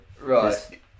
Right